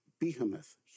behemoth